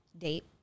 date